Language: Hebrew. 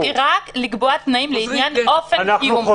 הסמכות היא רק לקבוע תנאים לעניין אופן קיום,